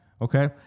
okay